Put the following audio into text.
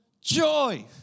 joy